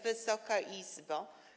Wysoka Izbo!